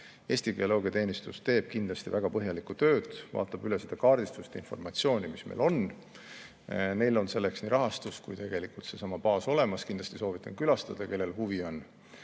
Eesti Geoloogiateenistus teeb kindlasti väga põhjalikku tööd, vaatab üle kaardistust ja informatsiooni, mis meil on. Neil on selleks rahastust ja olemas on ka seesama baas, mida ma kindlasti soovitan külastada, kui huvi on.